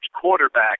quarterback